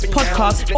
Podcast